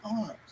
arms